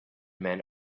men